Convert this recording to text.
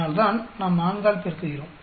அதனால்தான் நாம் 4 ஆல் பெருக்குகிறோம்